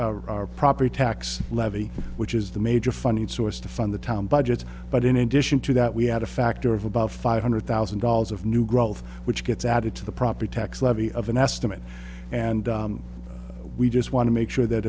proposition our property tax levy which is the major funding source to fund the town budgets but in addition to that we had a factor of about five hundred thousand dollars of new growth which gets added to the property tax levy of an estimate and we just want to make sure that